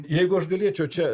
jeigu aš galėčiau čia